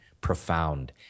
profound